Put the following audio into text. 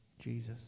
Jesus